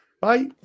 Bye